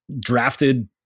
drafted